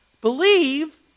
Believe